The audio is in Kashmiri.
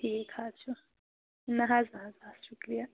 ٹھیٖک حظ چھُ نہَ حظ نہَ حظ شُکریہ